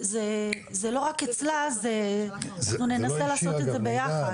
זה לא רק אצלה, אנחנו נעשה לעשות את זה ביחד.